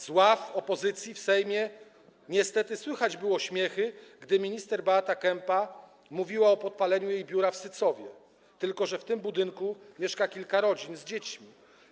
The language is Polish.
Z ław opozycji w Sejmie niestety słychać było śmiechy, gdy minister Beata Kempa mówiła o podpaleniu jej biura w Sycowie, tylko że w tym budynku mieszka kilka rodzin z dziećmi.